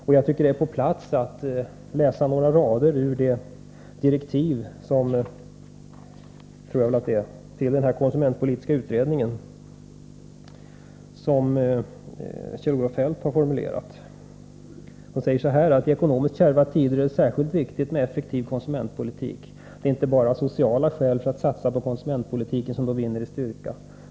Det kan vara på plats att läsa några rader ur ett förord av Kjell-Olof Feldt till en konsumentpolitisk översikt: ”I ekonomiskt kärva tider är det särskilt viktigt med en effektiv konsumentpolitik. Det är inte bara sociala skäl för att satsa på konsumentpolitiken som då vinner i styrka.